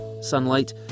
Sunlight